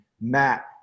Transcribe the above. Matt